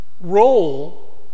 role